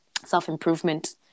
self-improvement